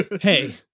Hey